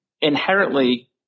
inherently